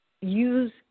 use